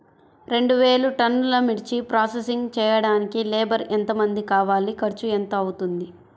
రెండు వేలు టన్నుల మిర్చి ప్రోసెసింగ్ చేయడానికి లేబర్ ఎంతమంది కావాలి, ఖర్చు ఎంత అవుతుంది?